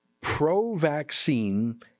pro-vaccine